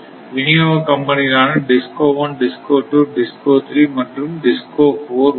விநியோக கம்பெனிகள் ஆன DISCO 1 DISCO 2 DISCO 3 மற்றும் DISCO 4 உள்ளது